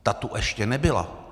Ta tu ještě nebyla.